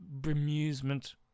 bemusement